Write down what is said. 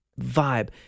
vibe